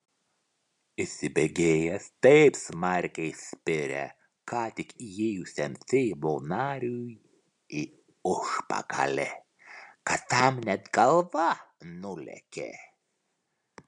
įsibėgėjęs taip smarkiai spyrė ką tik įėjusiam seimo nariui į užpakalį kad tam net galva nulėkė